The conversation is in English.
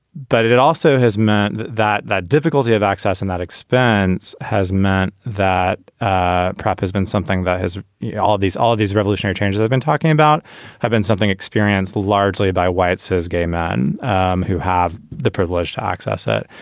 but it it also has meant that that the difficulty of access and that expense has meant that ah propp has been something that has yeah all these all these revolutionary changes they've been talking about have been something experienced largely by white, says gay men um who have the privilege to access it.